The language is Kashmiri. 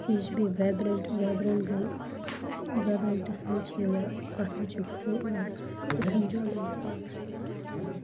یہِ چھِ بیٚیہِ وایبرَنٹ گٔیہِ وایبرَنٹَس مَنٛز چھِ یِوان اتھ مَنٛز چھِ أسۍ اٮ۪نجامینٛٹ کران